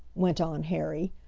went on harry,